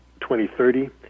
2030